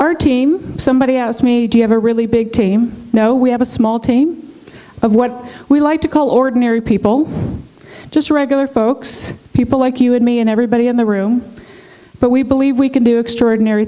our team somebody asked me to have a really big team know we have a small team of what we like to call ordinary people just regular folks people like you and me and everybody in the room but we believe we can do extraordinary